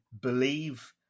believe